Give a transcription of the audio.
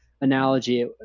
analogy